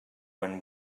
when